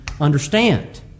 understand